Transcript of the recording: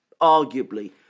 arguably